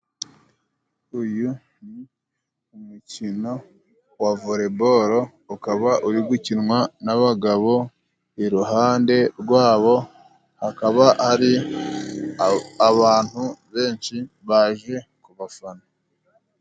Uyu ni umukino wa Volibolo ukaba uri gukinwa n'abagabo, iruhande rwabo hakaba hari abantu benshi baje ku bafana.